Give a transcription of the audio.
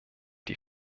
die